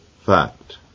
Fact